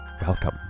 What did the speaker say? Welcome